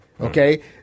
Okay